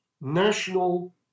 national